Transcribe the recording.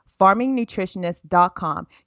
farmingnutritionist.com